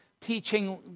teaching